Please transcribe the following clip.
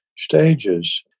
Stages